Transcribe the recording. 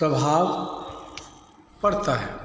प्रभाव पड़ता है